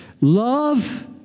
love